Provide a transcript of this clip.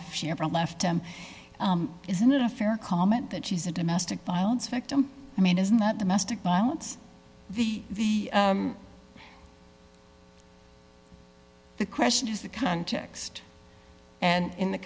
if she ever left him isn't it a fair comment that she's a domestic violence victim i mean isn't that domestic violence the the question is the context and in the